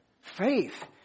Faith